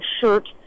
shirt